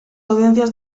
audiencias